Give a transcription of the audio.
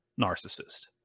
narcissist